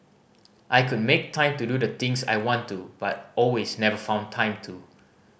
I could make time to do the things I want to but always never found time to